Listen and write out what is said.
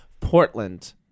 portland